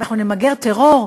ואנחנו נמגר טרור.